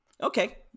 Okay